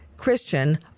Christian